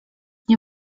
nie